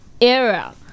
area